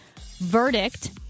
verdict